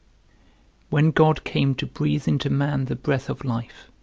when god came to breathe into man the breath of life,